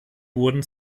wurden